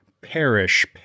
perish